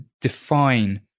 define